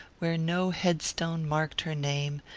where no headstone marked her name,